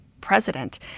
president